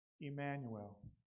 Emmanuel